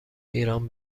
ایران